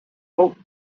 hope